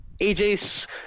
AJ's